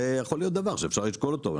זה יכול להיות דבר שאפשר לשקול אותו.